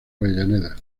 avellaneda